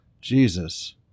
Jesus